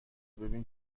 ببین